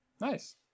nice